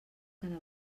cada